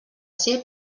ser